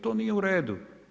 To nije u redu.